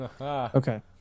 Okay